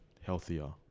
healthier